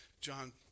John